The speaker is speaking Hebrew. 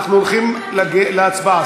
אנחנו הולכים להצבעה.